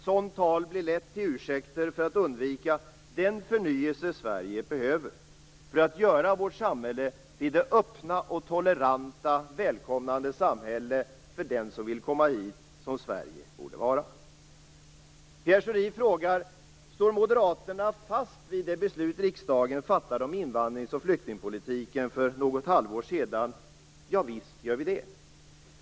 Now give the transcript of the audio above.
Sådant tal blir lätt till ursäkter för att undvika den förnyelse som Sverige behöver för att göra vårt samhället till det öppna och toleranta välkomnande samhälle för den som vill komma hit som Sverige borde vara. Pierre Schori frågar: Står Moderaterna fast vid det beslut som riksdagen sedan fattade om invandringsoch flyktingpolitiken för något halvår sedan? Javisst, gör vi det.